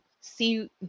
see